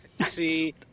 see